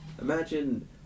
Imagine